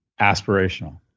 aspirational